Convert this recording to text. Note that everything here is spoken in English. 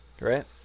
right